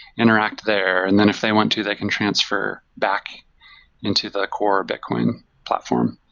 interact there. and then, if they want to, they can transfer back into the core bitcoin platform